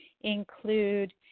include